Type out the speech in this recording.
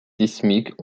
sismiques